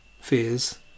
fears